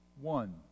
One